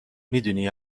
میدونی